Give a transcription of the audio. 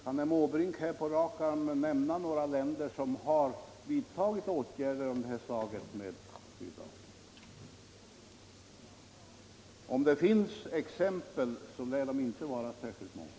Kan herr Måbrink på rak arm nämna några länder som har vidtagit åtgärder av det här slaget mot Sydafrika? Om det finns exempel så lär de inte vara särskilt många.